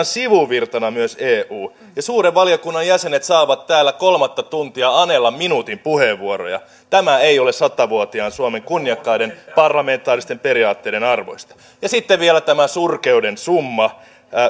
sivuvirtana myös eu ja suuren valiokunnan jäsenet saavat täällä kolmatta tuntia anella minuutin puheenvuoroja tämä ei ole sata vuotiaan suomen kunniakkaiden parlamentaaristen periaatteiden arvoista ja sitten vielä tämä surkeuden summa